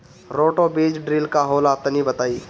Roto बीज drill का होला तनि बताई?